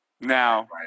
now